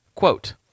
Quote